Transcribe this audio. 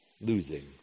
losing